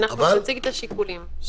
אנחנו נציג את השיקולים.